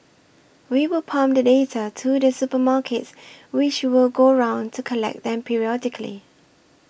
we will pump the data to the supermarkets which will go round to collect them periodically